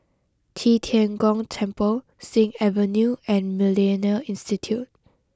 Qi Tian Gong Temple Sing Avenue and Millennia Institute